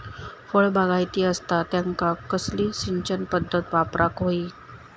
फळबागायती असता त्यांका कसली सिंचन पदधत वापराक होई?